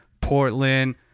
Portland